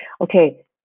Okay